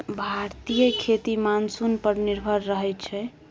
भारतीय खेती मानसून पर निर्भर रहइ छै